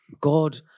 God